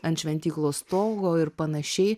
ant šventyklos stogo ir panašiai